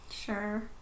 sure